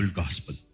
gospel